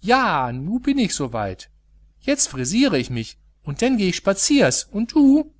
ja ich bin nu so weit jetzt frisiere ich mich un denn gehe ich spaziers un du